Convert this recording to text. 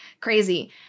crazy